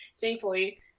thankfully